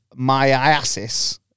myiasis